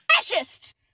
Fascist